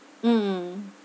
mm